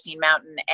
Mountain